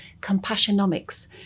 compassionomics